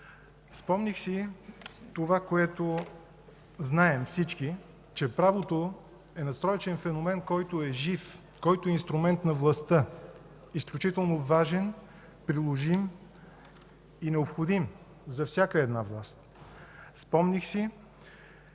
Спомних си това, което знаем всички – че правото е надстроечен феномен, който е жив, който е инструмент на властта, изключително важен, приложим и необходим за всяка една власт. Спомних си,